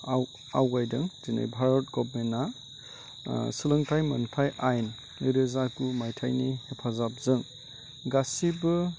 आवगयदों दिनै भारत गभार्नमेन्टआ सोलोंथाइ मोनथाय आयेन नैरोजा गु मायथाइनि हेफाजाबजों गासिबो